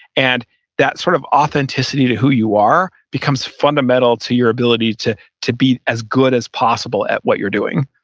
and that sort of authenticity to who you are becomes fundamental to your ability to to be as good as possible at what you're doing